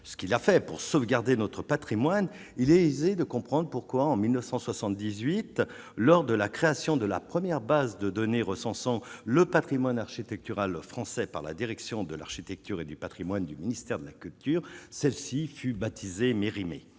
ce qu'il a fait pour sauvegarder notre Patrimoine, il est aisé de comprendre pourquoi en 1978 lors de la création de la première base de données recensant le Patrimoine architectural français par la direction de l'architecture et du Patrimoine du ministère de la culture, celle-ci fut baptisé Mérimée le